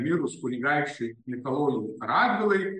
mirus kunigaikščiui mikalojui radvilai